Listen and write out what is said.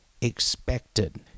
expected